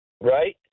right